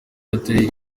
itariki